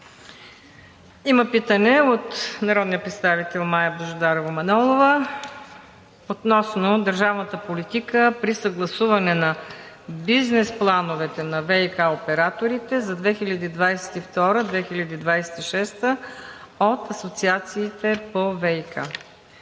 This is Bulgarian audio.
Има питане от народния представител Мая Божидарова Манолова относно държавната политика при съгласуване на бизнес плановете на ВиК операторите за 2022 – 2026 г. от асоциациите по ВиК.